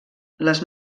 les